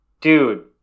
Dude